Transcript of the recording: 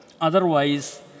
otherwise